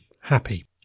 happy